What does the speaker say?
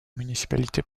municipalité